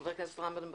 חבר הכנסת רם בן ברק,